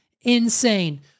insane